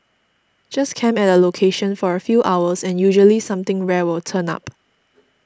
just camp at a location for a few hours and usually something rare will turn up